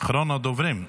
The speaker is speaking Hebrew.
אחרון הדוברים,